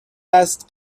است